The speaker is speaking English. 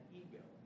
ego